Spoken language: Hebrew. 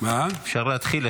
אפשר להתחיל.